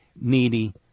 needy